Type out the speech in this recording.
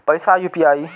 पैसा यू.पी.आई?